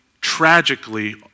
tragically